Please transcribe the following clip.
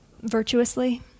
virtuously